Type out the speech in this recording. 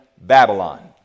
Babylon